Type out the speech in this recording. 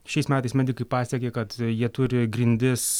šiais metais medikai pasiekė kad jie turi grindis